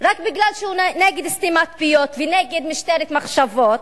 רק מפני שהוא נגד סתימת פיות ונגד משטרת מחשבות,